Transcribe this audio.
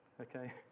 Okay